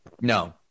No